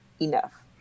enough